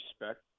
respect